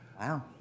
wow